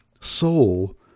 soul